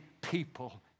people